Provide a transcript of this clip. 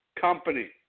Company